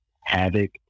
havoc